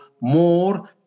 more